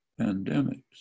pandemics